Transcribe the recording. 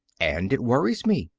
and it worries me.